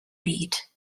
beat